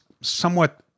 somewhat